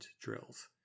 drills